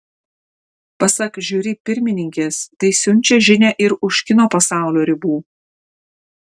pasak žiuri pirmininkės tai siunčia žinią ir už kino pasaulio ribų